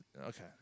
Okay